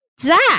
Zach